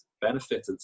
benefited